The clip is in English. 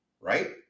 right